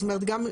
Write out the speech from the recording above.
זאת אומרת גם,